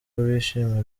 bishimira